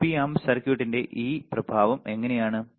Op amp സർക്യൂട്ടിന്റെ ഈ പ്രഭാവം എങ്ങനെയാണു